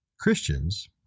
Christians